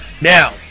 Now